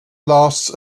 lasts